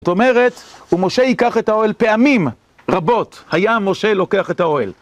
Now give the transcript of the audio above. זאת אומרת, ומשה ייקח את האוהל פעמים רבות, היה משה לוקח את האוהל.